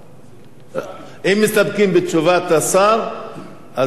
אם מסתפקים בתשובת השר, בזה תם העניין.